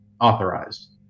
authorized